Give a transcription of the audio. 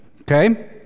okay